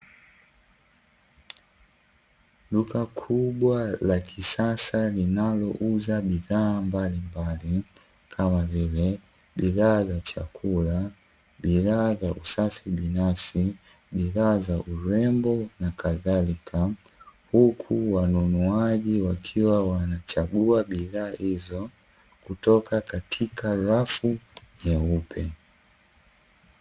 Duka kubwa la kisasa linalouza bidhaa mbalimbali, kama vile: bidhaa za chakula, bidhaa za usafi binafsi, bidhaa za urembo, na kadhalika, huku wanunuaji wakiwa wanachagua bidhaa hizo kutoka katika rafu nyeupe.